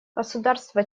государства